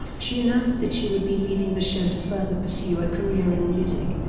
she announced that she would be leaving the show to further pursue a career in music.